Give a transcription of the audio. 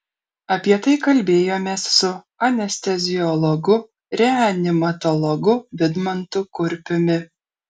apie tai kalbėjomės su anesteziologu reanimatologu vidmantu kurpiumi